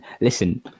Listen